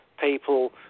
people